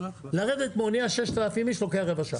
לרדת מהאונייה 6,000 איש לוקח רבע שעה.